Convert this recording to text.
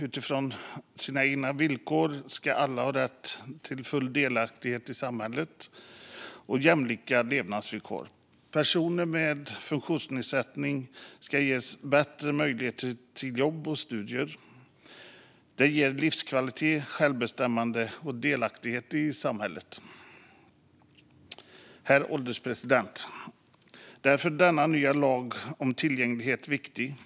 Utifrån sina egna villkor ska alla ha rätt till full delaktighet i samhället och jämlika levnadsvillkor. Personer med funktionsnedsättning ska ges bättre möjlighet till jobb och studier. Det ger livskvalitet, självbestämmande och delaktighet i samhället. Herr ålderspresident! Därför är denna nya lag om tillgänglighet viktig.